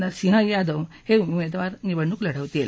नरसिंह यादव हे उमेदवार निवडणूक लढवतील